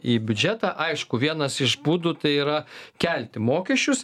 į biudžetą aišku vienas iš būdų tai yra kelti mokesčius